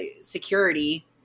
security